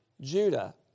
Judah